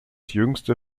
jüngste